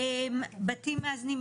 בתים מאזנים,